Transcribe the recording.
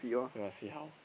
you msut see how